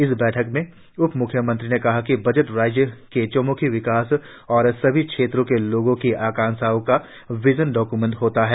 इस बैठक में उप म्ख्यमंत्री ने कहा कि बजट राज्य के चहम्खी विकास और सभी क्षेत्रों के लोगों की आकांक्षाओं का विजन डाक्यूमेंट होता है